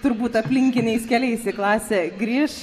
turbūt aplinkiniais keliais į klasę grįš